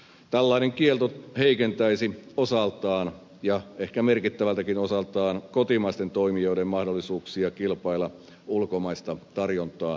tällainen kielto heikentäisi osaltaan ja ehkä merkittävältäkin osaltaan kotimaisten toimijoiden mahdollisuuksia kilpailla ulkomaista tarjontaa vastaan